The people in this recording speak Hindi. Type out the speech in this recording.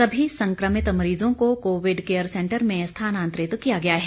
सभी संक्रमित मरीजों को कोविड केयर सेंटर में स्थानतरित किया गया है